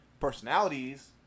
personalities